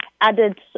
added